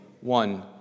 one